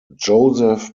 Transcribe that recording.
joseph